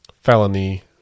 felony